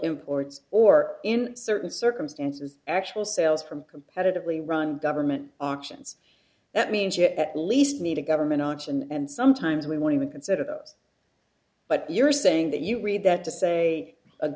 imports or in certain circumstances actual sales from competitively run government auctions that mean shit at least need a government option and sometimes we want to consider those but you're saying that you read that to say